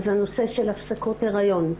אז הנושא של הפסקות הריון.